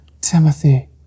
timothy